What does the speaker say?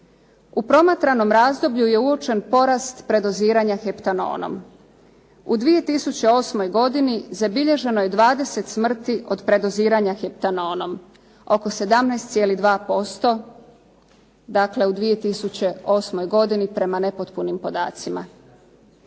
U promatranom razdoblju je uočen porast predoziranja heptanonom. U 2008. godini zabilježeno je 20 smrti od predoziranja heptanonom, oko 17,2% dakle u 2008. godini prema nepotpunim podacima.